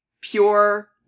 pure